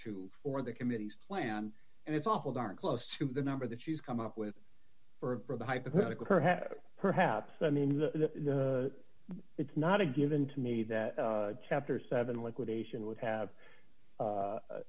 two for the committees plan and it's awful darn close to the number that she's come up with for a hypothetical perhaps i mean it's not a given to me that chapter seven liquidation would have